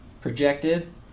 projected